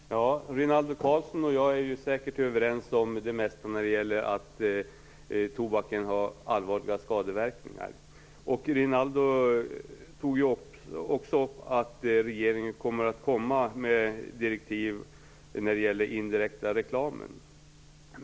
Fru talman! Rinaldo Karlsson och jag är säkert överens om det mesta när det gäller tobakens allvarliga skadeverkningar. Rinaldo Karlsson tog också upp att regeringen kommer att komma med direktiv när det gäller den indirekta reklamen.